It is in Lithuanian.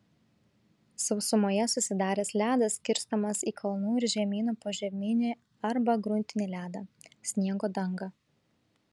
sausumoje susidaręs ledas skirstomas į kalnų ir žemynų požeminį arba gruntinį ledą sniego dangą